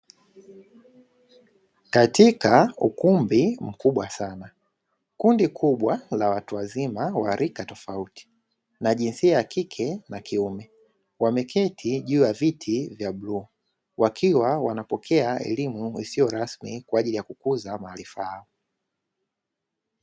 Katika ukumbi mkubwa sana, kundi kubwa la watu wazima wa rika tofauti, na jinsia ya kike na kiume; wameketi juu ya viti vya bluu, wakiwa wanapokea elimu isiyo rasmi kwa ajili ya kukuza maarifa yao.